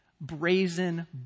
Brazen